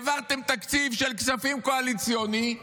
העברתם תקציב של כספים קואליציוניים